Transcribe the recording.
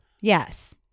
Yes